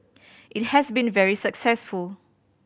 it has been very successful